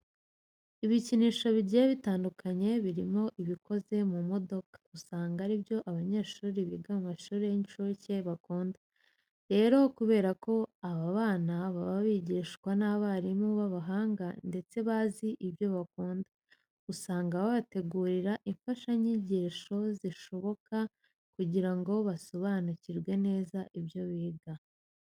Ibikinisho bigiye bitandukanye birimo ibikoze mu modoka usanga ari byo abanyeshuri biga mu mashuri y'incuke bakunda. Rero kubera ko aba bana baba bigishwa n'abarimu b'abahanga ndetse bazi ibyo bakunda, usanga babategurira imfashanyigisho zishoboka kugira ngo basobanukirwe neza ibyo biga.